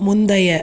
முந்தைய